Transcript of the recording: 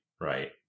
Right